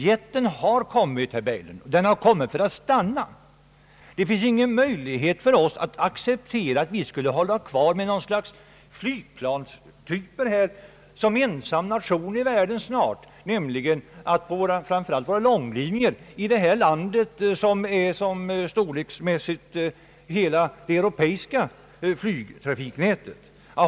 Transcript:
Jetflygplanen, herr Berglund, har kommit för att stanna. Det finns ingen möjlighet för oss att acceptera att vi såsom snart ensam nation i världen skulle hålla fast vid en flygplanstyp, som inte längre går att köpa — framför allt gäller det med tanke på långlinjerna i detta land, vilka kan jämföras med flygsträckorna i det europeiska flygtrafiknätet.